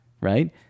right